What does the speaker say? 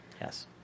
Yes